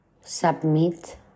submit